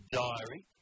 diary